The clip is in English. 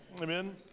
Amen